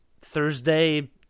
Thursday